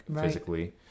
physically